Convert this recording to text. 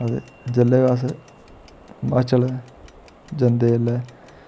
आं ते जेल्लै बी अस हिमाचल जंदे बेल्लै